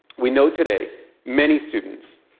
we know today many students,